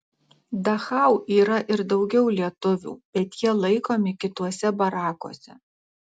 dachau yra ir daugiau lietuvių bet jie laikomi kituose barakuose